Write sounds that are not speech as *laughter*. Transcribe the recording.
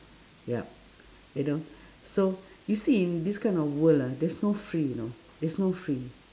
yup you know *breath* so you see in this kind of world ah there's no free you know there's no free